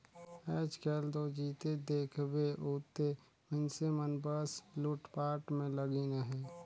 आएज काएल दो जिते देखबे उते मइनसे मन बस लूटपाट में लगिन अहे